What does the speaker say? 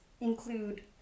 include